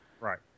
Right